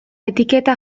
etiketa